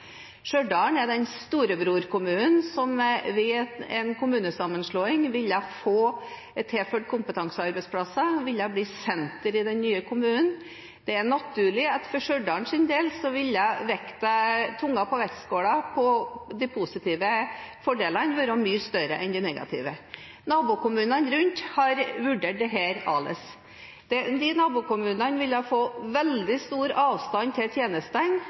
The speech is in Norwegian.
er den storebrorkommunen som ved en kommunesammenslåing ville få tilført kompetansearbeidsplasser og bli senter i den nye kommunen. Det er naturlig at for Stjørdals del ville tungen på vektskåla være de positive utslagene, som ville være mye større enn de negative. Nabokommunene rundt har vurdert dette annerledes. De ville få veldig stor avstand til tjenestene,